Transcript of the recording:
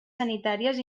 sanitàries